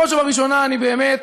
בראש ובראשונה אני באמת